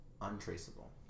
untraceable